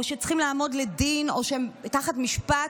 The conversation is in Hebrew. שצריכים לעמוד לדין או שהם תחת משפט,